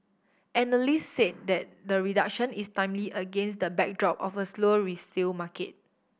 analysts said that the reduction is timely against the backdrop of a slow resale market